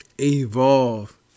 evolve